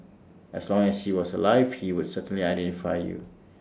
as long as he was alive he would certainly identify you